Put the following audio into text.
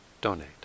donate